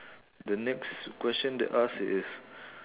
the next question they ask is